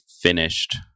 finished